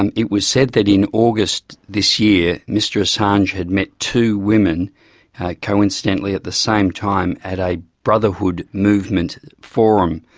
and it was said that in august this year, mr assange had met two women coincidentally at the same time, at a brotherhood movement forum.